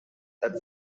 that